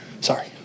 sorry